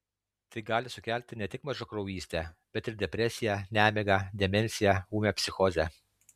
tai gali sukelti ne tik mažakraujystę bet ir depresiją nemigą demenciją ūmią psichozę